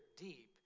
deep